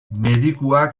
medikuak